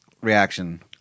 reaction